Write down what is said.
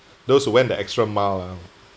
those went that extra mile lah